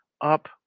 up